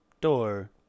Door